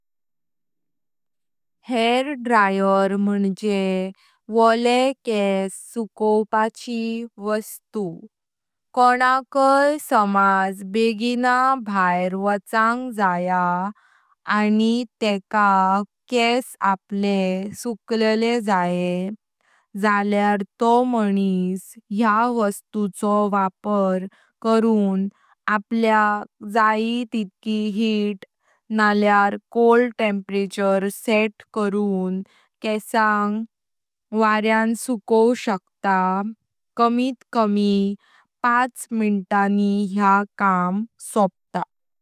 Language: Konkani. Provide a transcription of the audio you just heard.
हेअर ड्रायर म्हणजे वळे केस सुकवपाची वस्तू। कोंकाईं समाज बेगिन भायर वचांग जया आनि टेक केंस आपले सुकलेले जाय जालयार तो मनिस या वस्तूचो वापर करून अपल्याक जयी तितकी हीट नल्यार कोल्द टेम्परेचर सेट करून केसांग वार्यां सुकव शकता। कमीत कमी पाच मिन्तानी या काम सोप्ता।